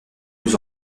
aux